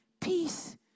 peace